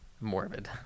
morbid